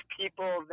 people